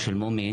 שלום.